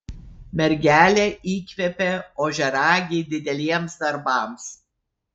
mergelė įkvepia ožiaragį dideliems darbams